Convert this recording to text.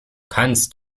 kannst